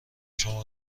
شما